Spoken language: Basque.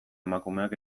emakumeak